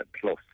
plus